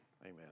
Amen